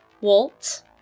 Walt